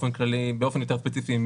באופן כללי, ובאופן יותר ספציפי עם